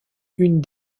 une